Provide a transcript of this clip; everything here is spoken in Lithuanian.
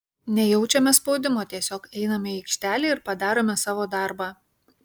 nejaučiame spaudimo tiesiog einame į aikštelę ir padarome savo darbą